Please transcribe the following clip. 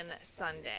Sunday